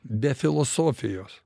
be filosofijos